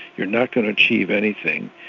you're not going to achieve anything,